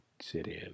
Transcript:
sit-in